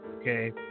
Okay